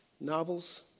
novels